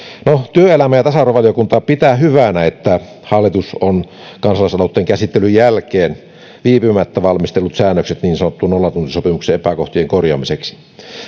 työelämä ja tasa arvovaliokunta pitää hyvänä että hallitus on kansalaisaloitteen käsittelyn jälkeen viipymättä valmistellut säännökset niin sanottujen nollatuntisopimuksien epäkohtien korjaamiseksi